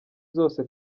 zose